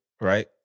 right